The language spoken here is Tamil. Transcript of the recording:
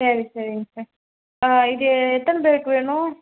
சரி சரிங்க சார் இது எத்தனை பேருக்கு வேணும்